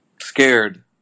scared